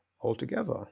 altogether